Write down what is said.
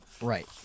Right